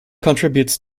contributes